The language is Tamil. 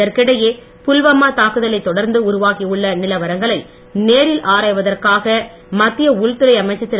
இதற்கிடையே புல்வாமா தாக்குதலைத் தொடர்ந்து உருவாகியுள்ள நிலவரங்களை நேரில் ஆராய்வதற்காக மத்திய உள்துறை அமைச்சர் திரு